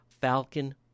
Falcon